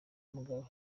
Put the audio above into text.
mugabe